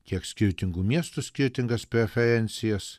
tiek skirtingų miestų skirtingas preferencijas